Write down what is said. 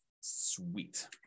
Sweet